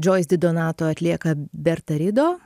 joyce didonato atlieka bertarido